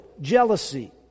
jealousy